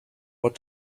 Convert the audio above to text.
what